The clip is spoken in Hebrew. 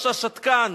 בונצ'ה השתקן,